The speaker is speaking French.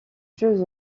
jeux